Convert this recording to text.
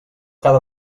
cada